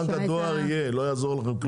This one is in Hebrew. לא יעזור לכם,